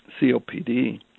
COPD